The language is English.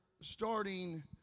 starting